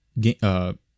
game